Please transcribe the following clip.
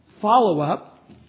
follow-up